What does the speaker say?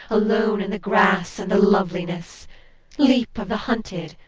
alone in the grass and the loveliness leap of the hunted,